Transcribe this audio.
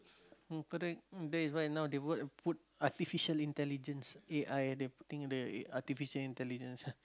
mm correct mm that is why now they wanna put artificial intelligence A_I they putting the artificial intelligence